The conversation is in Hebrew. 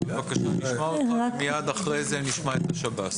נשמע אותך ומיד לאחר מכן נשמע את שירות בתי הסוהר.